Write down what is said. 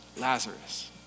Lazarus